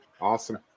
Awesome